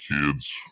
kids